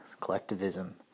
Collectivism